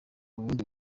ubundi